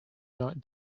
not